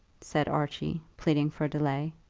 said archie, pleading for delay.